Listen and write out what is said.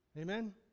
Amen